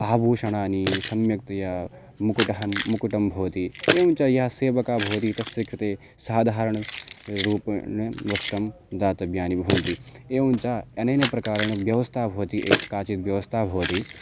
आभूषणानि सम्यक्तया मुकुटं मुकुटं भवति एवं च य सेवकः भवति तस्य कृते साधारणं रूपेण वस्त्रं दातव्यानि भवन्ति एवं च अनेन प्रकारेण व्यवस्था भवति ए काचिद्व्यवस्था भवति